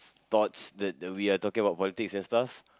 thoughts that that we are talking about politics and stuff